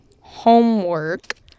homework